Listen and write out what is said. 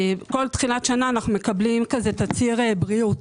כל תחילת שנה אנחנו מקבלים תצהיר בריאות